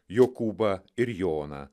jokūbą ir joną